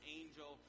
angel